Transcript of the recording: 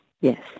yes